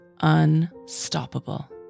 unstoppable